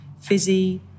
fizzy